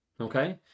okay